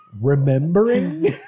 Remembering